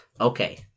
Okay